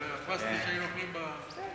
זה הפסטה שהיינו אוכלים במסעדה.